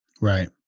Right